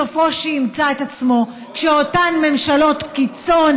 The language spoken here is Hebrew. סופו שימצא את עצמו כשאותן ממשלות קיצון